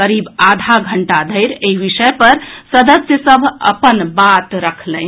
करीब आधा घंटा धरि एहि विषय पर सदस्य सभ अपन बात रखलनि